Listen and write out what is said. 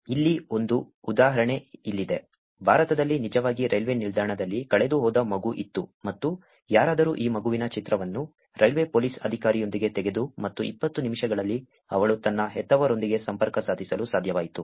ಇಲ್ಲಿ ಒಂದು ಉದಾಹರಣೆ ಇಲ್ಲಿದೆ ಭಾರತದಲ್ಲಿ ನಿಜವಾಗಿ ರೈಲ್ವೇ ನಿಲ್ದಾಣದಲ್ಲಿ ಕಳೆದುಹೋದ ಮಗು ಇತ್ತು ಮತ್ತು ಯಾರಾದರೂ ಈ ಮಗುವಿನ ಚಿತ್ರವನ್ನು ರೈಲ್ವೆ ಪೊಲೀಸ್ ಅಧಿಕಾರಿಯೊಂದಿಗೆ ತೆಗೆದರು ಮತ್ತು 20 ನಿಮಿಷಗಳಲ್ಲಿ ಅವಳು ತನ್ನ ಹೆತ್ತವರೊಂದಿಗೆ ಸಂಪರ್ಕ ಸಾಧಿಸಲು ಸಾಧ್ಯವಾಯಿತು